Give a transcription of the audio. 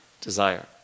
desire